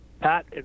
Pat